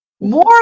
more